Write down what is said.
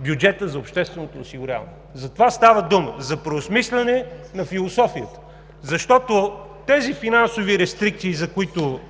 бюджета за общественото осигуряване. За това става дума, за преосмисляне на философията. Защото тези финансови рестрикции, за които